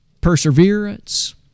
perseverance